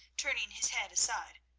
turning his head aside,